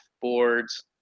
boards